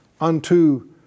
unto